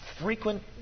frequent